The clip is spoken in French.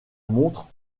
montre